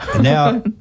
now